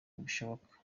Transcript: bishoboka